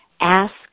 ask